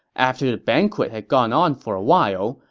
after the banquet had gone on for a while,